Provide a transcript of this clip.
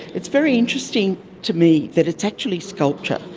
it's very interesting to me that it's actually sculpture.